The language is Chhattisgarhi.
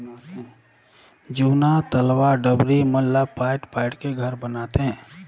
जूना तलवा डबरी मन ला पायट पायट के घर बनाथे